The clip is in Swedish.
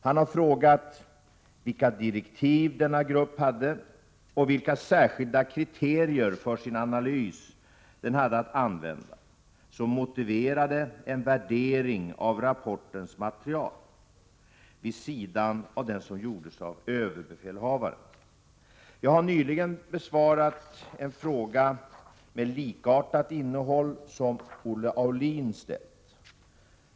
Han har frågat vilka direktiv denna grupp hade och vilka särskilda kriterier för sin analys den hade att använda som motiverade en värdering av rapportens material vid sidan av den som gjordes av överbefälhavaren. Jag har nyligen besvarat en fråga med likartat innehåll som Olle Aulin ställt.